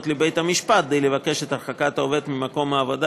לבית-המשפט כדי לבקש את הרחקת העובד ממקום העבודה,